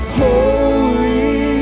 holy